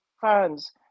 fans